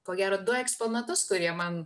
ko gero du eksponatus kurie man